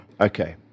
okay